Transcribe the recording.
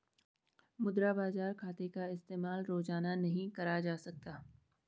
मुद्रा बाजार खाते का इस्तेमाल रोज़ाना नहीं करा जा सकता